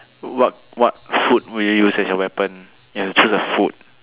what what food will you use as your weapon you have to choose a food